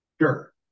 Sure